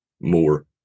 more